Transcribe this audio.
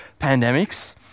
pandemics